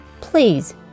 please